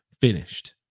finished